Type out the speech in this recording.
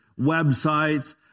websites